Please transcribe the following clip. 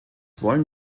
wollen